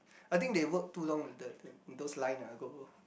I think they work too long with the in those line go go